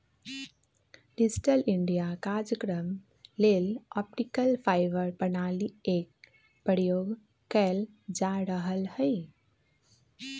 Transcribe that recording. digital India काजक्रम लेल optical fibre प्रणाली एक प्रयोग कएल जा रहल हइ